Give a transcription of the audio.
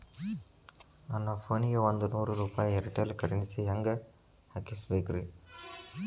ನನ್ನ ಫೋನಿಗೆ ಒಂದ್ ನೂರು ರೂಪಾಯಿ ಏರ್ಟೆಲ್ ಕರೆನ್ಸಿ ಹೆಂಗ್ ಹಾಕಿಸ್ಬೇಕ್ರಿ?